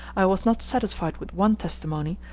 i was not satisfied with one testimony,